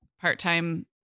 part-time